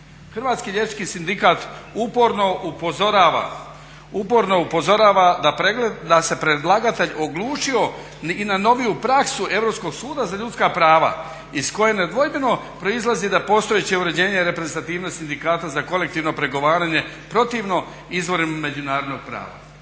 Hrvatski liječnički sindikat uporno upozorava da se predlagatelj oglušio i na noviju praksu Europskog suda za ljudska prava iz koje nedvojbeno proizlazi da postojeće uređenje reprezentativnosti sindikata za kolektivno pregovaranje protivno izvorima međunarodnog prava.